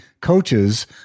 coaches